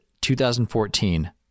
2014